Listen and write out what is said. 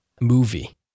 movie